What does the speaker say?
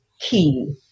key